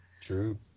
True